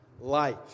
life